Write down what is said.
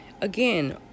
Again